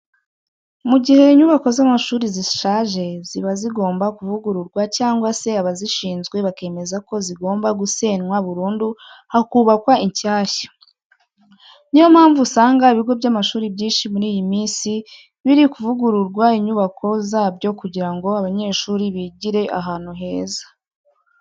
Mu gihe inyubako z'amashuri zishaje ziba zigomba kuvugururwa cyangwa se abazishinzwe bakemeza ko zigomba gusenwa burundu hakubakwa inshyashya. Niyo mpamvu usanga ibigo by'amashuri byinshi muri iyi minsi biri kuvugurura inyubako zabyo kugira ngo abanyeshuri bigire ahantu heza.